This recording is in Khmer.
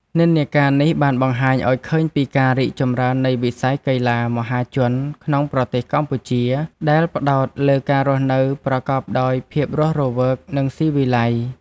និន្នាការនេះបានបង្ហាញឱ្យឃើញពីការរីកចម្រើននៃវិស័យកីឡាមហាជនក្នុងប្រទេសកម្ពុជា ដែលផ្តោតលើការរស់នៅប្រកបដោយភាពរស់រវើក និងស៊ីវិល័យ។